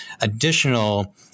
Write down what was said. additional